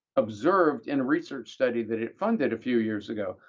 observed in a research study that it funded a few years ago.